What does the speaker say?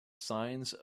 signs